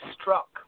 struck